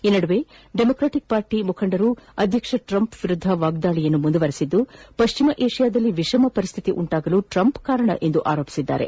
ಈ ನಡುವೆ Democratic Party ಮುಖಂಡರು ಟ್ರಂಪ್ ವಿರುದ್ದ ವಾಗ್ದಾಳಿ ಮುಂದುವರಿಸಿದ್ದು ಪಶ್ಚಿಮ ಏಷ್ಯಾದಲ್ಲಿ ವಿಷಮಸ್ದಿತಿ ಉಂಟಾಗಲು ಟ್ರಂಪ್ ಕಾರಣ ಎಂದು ಆರೋಪಿಸಿದ್ದಾರೆ